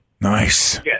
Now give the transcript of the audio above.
Nice